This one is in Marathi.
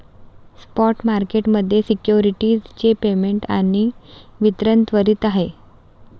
स्पॉट मार्केट मध्ये सिक्युरिटीज चे पेमेंट आणि वितरण त्वरित आहे